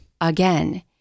Again